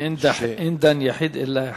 שאין דן יחיד אלא אחד.